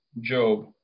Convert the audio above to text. Job